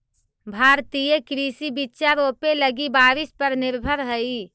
भारतीय कृषि बिचा रोपे लगी बारिश पर निर्भर हई